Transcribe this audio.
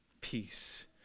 peace